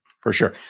for sure.